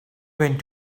went